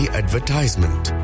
advertisement